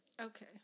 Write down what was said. Okay